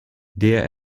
der